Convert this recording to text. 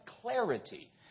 clarity